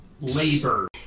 labor